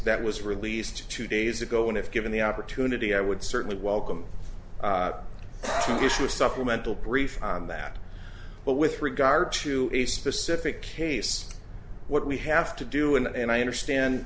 that was released two days ago and if given the opportunity i would certainly welcome to issue a supplemental brief on that but with regard to a specific case what we have to do and i understand